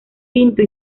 pinto